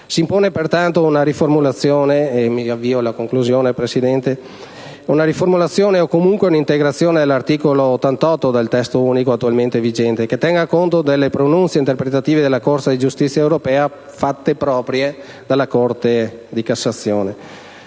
Si impone pertanto una riformulazione o comunque un'integrazione all'articolo 88 del Testo unico attualmente vigente che tenga conto delle pronunce interpretative della Corte di giustizia europea, fatte proprie dalla Corte di cassazione.